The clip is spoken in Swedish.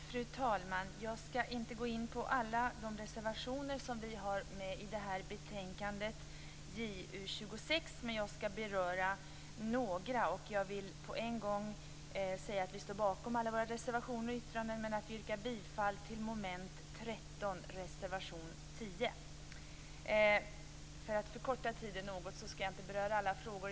Fru talman! Jag skall inte gå in på alla våra reservationer i betänkandet JuU26 utan bara beröra några. Jag vill dock säga att vi står bakom alla våra reservationer och yttranden. Jag yrkar bifall till reservation 10 under moment 13. Jag skall inte nu beröra alla frågor.